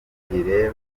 rireba